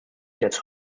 gets